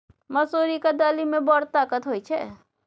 मसुरीक दालि मे बड़ ताकत होए छै